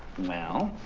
well,